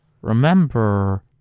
Remember